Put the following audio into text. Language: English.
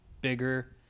bigger